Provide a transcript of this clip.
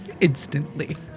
Instantly